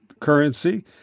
currency –